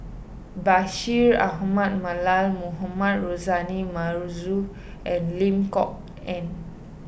Bashir Ahmad Mallal Mohamed Rozani Maarof and Lim Kok Ann